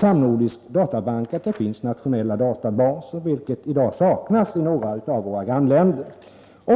samnordisk databank att det finns nationella databaser — som i dag saknas i några av våra grannländer.